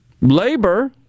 Labor